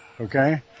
okay